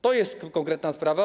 To jest konkretna sprawa.